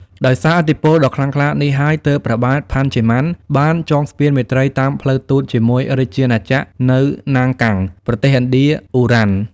ដោយសារឥទ្ធិពលដ៏ខ្លាំងក្លានេះហើយ ទើបព្រះបាទ ផាន ឆេម៉ាន់ បានចងស្ពានមេត្រីតាមផ្លូវទូតជាមួយរាជាណាចក្រ នៅ ណាង កាំង ប្រទេសឥណ្ឌា អ៊ុ រ៉ាន។